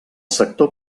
sector